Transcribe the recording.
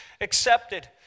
accepted